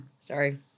sorry